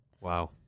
Wow